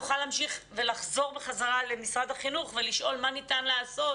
נוכל להמשיך ולחזור בחזרה למשרד החינוך ולשאול מה ניתן לעשות